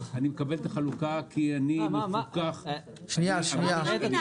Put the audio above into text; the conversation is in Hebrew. אני מקבל את החלוקה כי אני מפוקח --- אני לא מבינה,